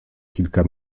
kilka